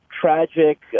tragic